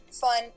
fun